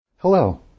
Hello